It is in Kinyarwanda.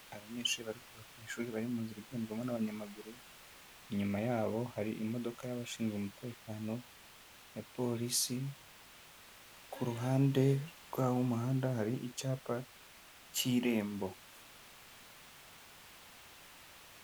Abanyeshuri bari kuva ku ishuri bari mu nzira igendedwamo n'abanyamaguru, inyuma yabo hari imodoka y'abashinzwe umutekano ya polisi ku ruhande rwaho umuhanda hari icyapa cy'irembo.